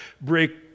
break